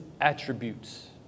attributes